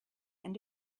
end